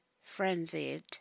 frenzied